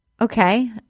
Okay